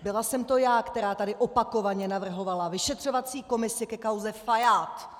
Byla jsem to já, která tady opakovaně navrhovala vyšetřovací komisi ke kauze Fajád.